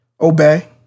Obey